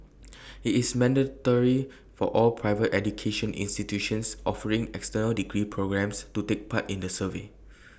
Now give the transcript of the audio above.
IT is mandatory for all private education institutions offering external degree programmes to take part in the survey